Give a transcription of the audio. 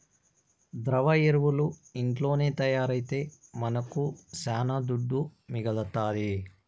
ద్రవ ఎరువులు ఇంట్లోనే తయారైతే మనకు శానా దుడ్డు మిగలుతాది